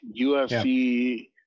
UFC